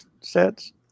sets